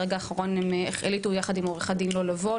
ברגע האחרון הם החליטו יחד עם עורך הדין לא לבוא,